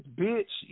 bitch